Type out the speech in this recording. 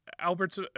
Albert's